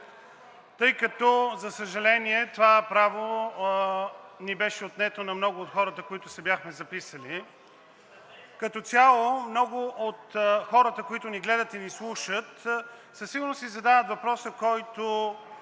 тъй като, за съжаление, това право ни беше отнето – на много от хората, които се бяхме записали. Като цяло много от хората, които ни гледат и ни слушат, със сигурност си задават въпроса, който